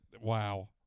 wow